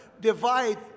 divide